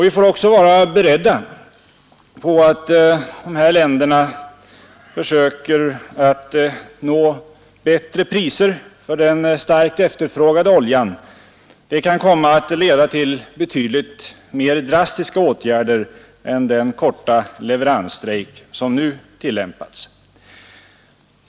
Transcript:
Vi får också vara beredda på att de här länderna försöker att nå bättre priser för den starkt efterfrågade oljan. Det kan komma att leda till betydligt mer drastiska åtgärder än den korta leveransstrejk som nu tillämpas.